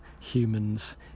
humans